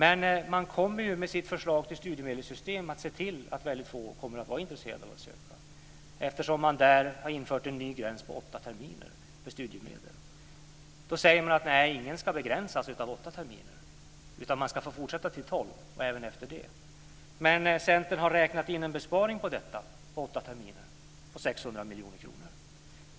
Men man kommer ju med sitt förslag till studiemedelssystem att se till att väldigt få kommer att vara intresserade av att söka, eftersom man har infört en ny gräns på åtta terminer för studiemedel. Man säger: Nej, ingen ska begränsas av åtta terminer, utan man ska få fortsätta till tolv och även efter det. Men Centern har med åtta terminer räknat in en besparing på 600 miljoner kronor.